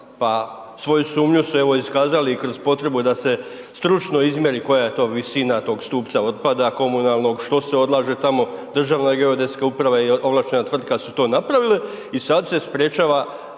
Pa svoju sumnju su evo iskazali kroz potrebu da se stručno izmjeri koja je to visina tog stupca otpada komunalnog, što se odlaže tamo. Državna geodetska uprava i ovlaštena tvrtka su to sada napravile i sada se sprečava